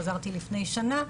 חזרתי לפני שנה.